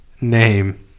name